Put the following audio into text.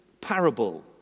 parable